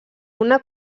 una